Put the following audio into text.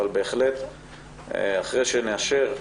אבל בהחלט אחרי שנאשר,